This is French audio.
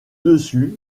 dessus